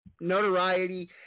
notoriety